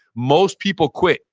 most people quit,